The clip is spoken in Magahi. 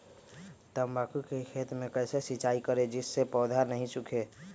तम्बाकू के खेत मे कैसे सिंचाई करें जिस से पौधा नहीं सूखे?